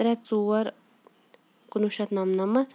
ترٛےٚ ژور کُنوُہ شیٚتھ نَمنَمَتھ